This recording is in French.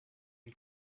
une